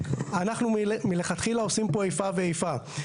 אנחנו מלכתחילה עושים פה איפה ואיפה.